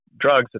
drugs